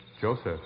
Joseph